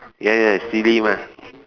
ya ya silly mah